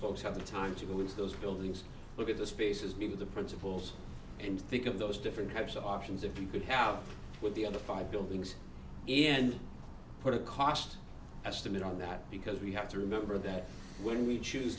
folks have the time to go into those buildings look at the spaces meet with the principals and think of those different types of options if you could have with the other five buildings and put a cost estimate on that because we have to remember that when we choose